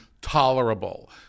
tolerable